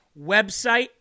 website